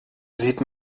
sieht